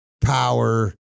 power